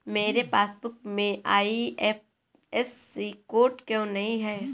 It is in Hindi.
मेरे पासबुक में आई.एफ.एस.सी कोड क्यो नहीं है?